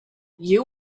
you